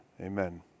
amen